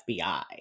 fbi